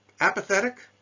apathetic